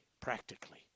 practically